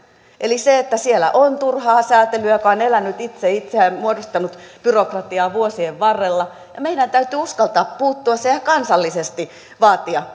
eli siellä on turhaa säätelyä joka on elänyt itse itseään varten muodostanut byrokratiaa vuosien varrella ja meidän täytyy uskaltaa puuttua siihen ja kansallisesti vaatia